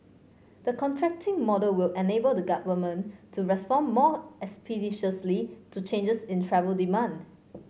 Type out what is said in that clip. the contracting model will enable the Government to respond more expeditiously to changes in travel demand